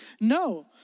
No